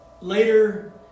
later